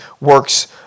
works